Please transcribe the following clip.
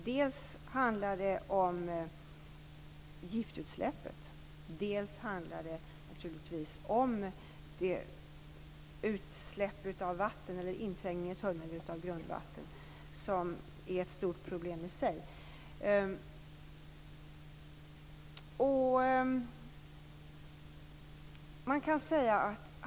Dels handlar det om giftutsläppet, dels handlar det naturligtvis om att grundvattnet trängt in i tunneln, vilket är ett stort problem i sig.